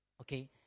okay